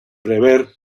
prever